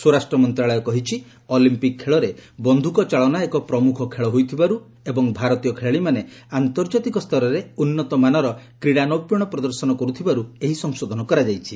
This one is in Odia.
ସ୍ୱରାଷ୍ଟ୍ର ମନ୍ତ୍ରଶାଳୟ କହିଛି ଅଲିମ୍ପିକ୍ ଖେଳରେ ବନ୍ଧୁକଚାଳନା ଏକ ପ୍ରମୁଖ ଖେଳ ହୋଇଥିବାରୁ ଏବଂ ଭାରତୀୟ ଖେଳାଳିମାନେ ଆନ୍ତର୍କାତିକ ସ୍ତରରେ ଉନ୍ନତମାନର କ୍ରୀଡ଼ାନୈପୁଣ୍ୟ ପ୍ରଦର୍ଶନ କର୍ଥିବାରୁ ଏହି ସଂଶୋଧନ କରାଯାଇଛି